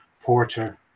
Porter